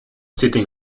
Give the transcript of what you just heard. sitting